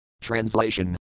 Translation